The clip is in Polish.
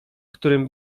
którym